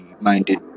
minded